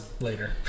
later